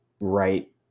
right